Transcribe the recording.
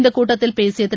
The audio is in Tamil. இந்த கூட்டத்தில் பேசிய திரு